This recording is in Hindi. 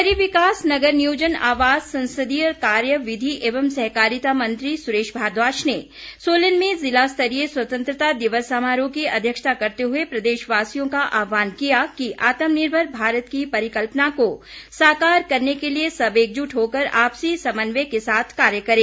शहरी विकास नगर नियोजन आवास संसदीय कार्य विधि एवं सहकारिता मंत्री सुरेश भारद्वाज ने सोलन में जिला स्तरीय स्वतन्त्रता दिवस समारोह की अध्यक्षता करते हुए प्रदेश वासियों का आह्वान किया कि आत्मनिर्भर भारत की परिकल्पना को साकार करने के लिए सब एकजुट होकर आपसी समन्वय के साथ कार्य करें